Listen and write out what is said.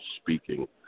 speaking